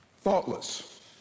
Thoughtless